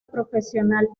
profesional